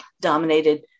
dominated